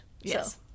Yes